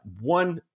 one